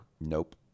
Nope